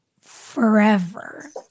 forever